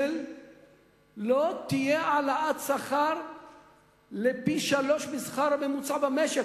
שלא תהיה העלאת שכר לפי-שלושה מהשכר הממוצע במשק,